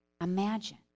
Imagine